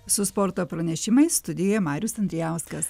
su sporto pranešimais studijoje marius andrijauskas